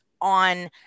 on